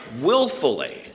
willfully